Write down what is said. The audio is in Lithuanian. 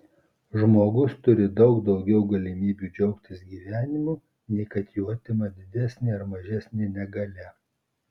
žmogus turi daug daugiau galimybių džiaugtis gyvenimu nei kad jų atima didesnė ar mažesnė negalia